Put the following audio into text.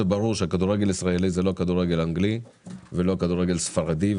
זה ברור שכדורגל ישראלי זה לא כדורגל אנגלי ולא כדורגל ספרדי,